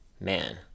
Man